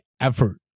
effort